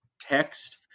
text